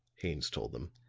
haines told them,